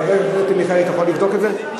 חבר הכנסת מיכאלי, אתה יכול לבדוק את זה?